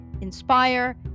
inspire